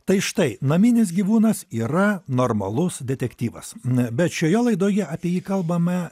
tai štai naminis gyvūnas yra normalus detektyvas n bet šioje laidoje apie jį kalbame